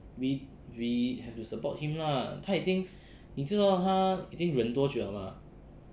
we we have to support him lah 他已经你知道他已经忍多久了吗